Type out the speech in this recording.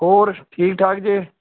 ਹੋਰ ਠੀਕ ਠਾਕ ਜੇ